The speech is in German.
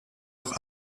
auch